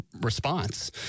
response